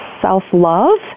self-love